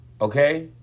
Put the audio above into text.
okay